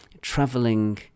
traveling